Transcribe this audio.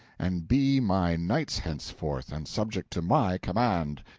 and be my knights henceforth, and subject to my command.